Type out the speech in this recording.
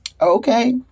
okay